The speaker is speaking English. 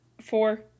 four